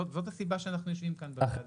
זאת הסיבה שאנחנו יושבים כאן בחדר הזה.